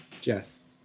Jess